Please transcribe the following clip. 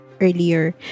earlier